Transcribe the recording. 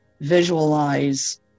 visualize